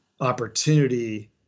opportunity